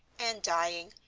and, dying,